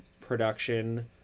production